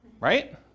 right